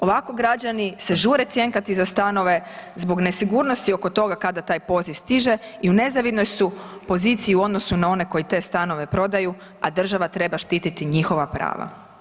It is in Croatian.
Ovako građani se žure cjenkati za stanove zbog nesigurnosti oko toga kada taj poziv stiže i u nezavidnoj su poziciji u odnosu na one koji te stanove prodaju, a država treba štititi njihova prava.